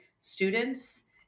students